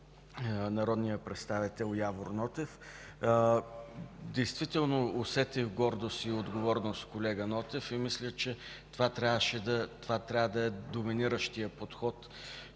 народния представител Явор Нотев. Действително усетих гордост и отговорност, колега Нотев. Мисля, че това трябва да бъде доминиращият подход,